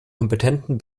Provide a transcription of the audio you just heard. kompetenten